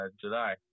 July